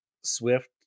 Swift